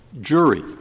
Jury